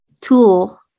tool